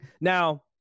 Now